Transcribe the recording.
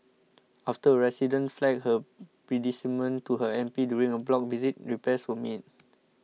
after a resident flagged her predicament to her M P during a block visit repairs were made